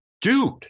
dude